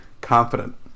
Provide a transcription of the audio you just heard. confident